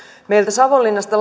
meiltä savonlinnasta